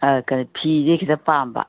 ꯀꯔꯤ ꯐꯤꯁꯦ ꯈꯤꯇ ꯄꯥꯝꯕ